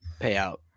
payout